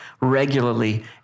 regularly